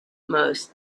most